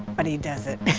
but he does it.